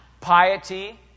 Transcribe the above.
Piety